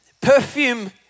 Perfume